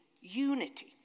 unity